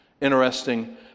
interesting